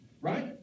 Right